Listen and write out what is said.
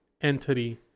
entity